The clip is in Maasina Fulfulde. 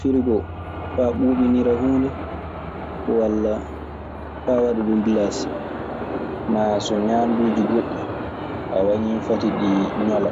Firigo faa ɓuuɓinira huunde, walla faa waɗaa ɗun galaasi. Maa, so ñaanduuji goɗɗi, a wañii fati ɗi ñola,